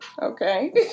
Okay